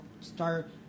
start